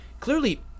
Clearly